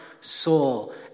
soul